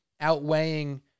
outweighing